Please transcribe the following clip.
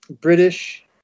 British